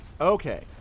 Okay